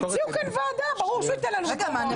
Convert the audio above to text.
המציאו כאן ועדה, ברור שהוא ייתן לנו מקומות.